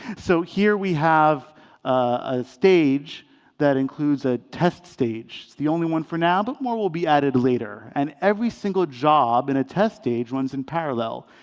so here, we have a stage that includes a test stage. the only one for now, but more will be added later. and every single job in a test stage runs in parallel.